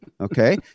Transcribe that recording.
Okay